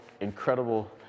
incredible